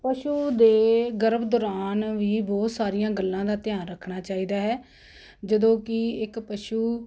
ਪਸ਼ੂ ਦੇ ਗਰਭ ਦੌਰਾਨ ਵੀ ਬਹੁਤ ਸਾਰੀਆਂ ਗੱਲਾਂ ਦਾ ਧਿਆਨ ਰੱਖਣਾ ਚਾਹੀਦਾ ਹੈ ਜਦੋਂ ਕਿ ਇੱਕ ਪਸ਼ੂ